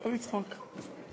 לא לצחוק.